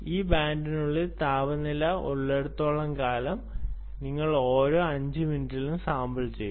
ഈ ബാൻഡിനുള്ളിൽ താപനില ഉള്ളിടത്തോളം കാലം നിങ്ങൾ ഓരോ 5 മിനിറ്റിലും സാമ്പിൾ ചെയ്യുന്നു